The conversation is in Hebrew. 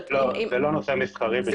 זה לא נושא מסחרי בכלל.